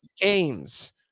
games